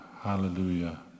Hallelujah